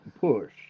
push